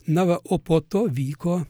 na va o po to vyko